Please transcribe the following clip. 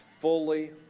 fully